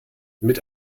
mit